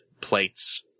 plates